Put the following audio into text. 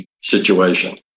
situation